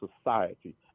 society